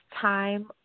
time